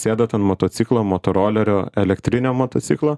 sėdant ant motociklo motorolerio elektrinio motociklo